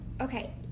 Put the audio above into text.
Okay